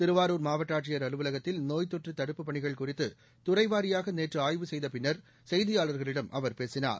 திருவாரூர் மாவட்ட ஆட்சியர் அலுவலகத்தில் நோய்த் தொற்று தடுப்புப் பணிகள் குறித்து துறை வாரியாக நேற்று ஆய்வு செய்த பின்னர் செய்தியாளர்களிடம் அவர் பேசினார்